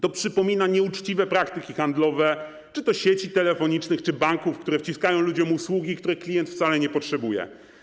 To przypomina nieuczciwe praktyki handlowe czy to sieci telefonicznych, czy banków, które wciskają ludziom usługi, których klient wcale nie potrzebuje.